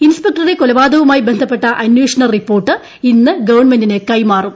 ഇൻസ്പെക്ടറുടെ കൊലപാതകവുമായി ബന്ധപ്പെട്ട അന്വേഷണ റിപ്പോർട്ട് ഇന്ന് ഗവൺമെന്റിനു കൈമാറും